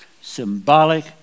symbolic